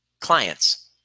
clients